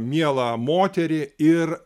mielą moterį ir